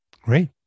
Great